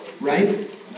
Right